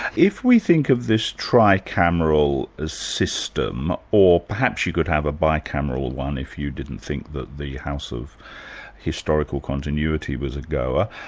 if we think of this tricameral ah system or perhaps you could have a bicameral one if you didn't think that the house of historical continuity was a goer,